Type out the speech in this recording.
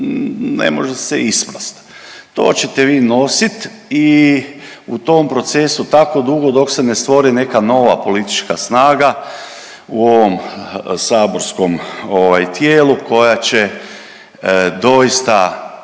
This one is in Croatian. ne može se isprast. To ćete vi nosit i u tom procesu tako dugo dok se ne stvori neka nova politička snaga u ovom saborskom tijelu koja će doista